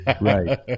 Right